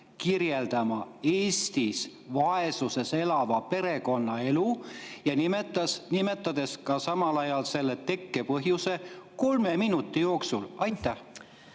kirjeldama Eestis vaesuses elava perekonna elu, nimetades samal ajal selle tekkepõhjuse, kolme minuti jooksul? Aitäh,